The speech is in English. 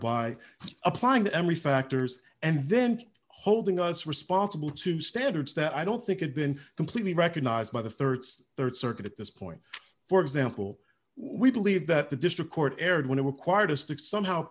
by applying to emory factors and then holding us responsible to standards that i don't think had been completely recognized by the rd circuit at this point for example we believe that the district court erred when it required a stick somehow